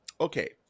okay